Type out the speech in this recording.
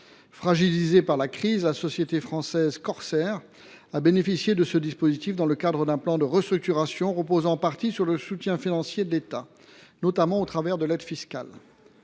Fragilisée par la crise, la société française Corsair en a bénéficié, dans le cadre d’un plan de restructuration. Celui ci reposait en partie sur le soutien financier de l’État, notamment au travers de l’aide fiscale.